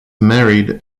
married